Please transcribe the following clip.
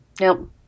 Nope